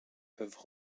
peuvent